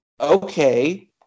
Okay